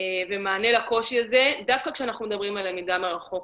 ומענה לקושי הזה, דווקא כשמדברים על למידה מרחוק.